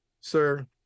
sir